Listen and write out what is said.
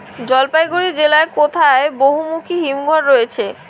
জলপাইগুড়ি জেলায় কোথায় বহুমুখী হিমঘর রয়েছে?